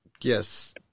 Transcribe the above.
Yes